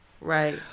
Right